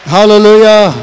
Hallelujah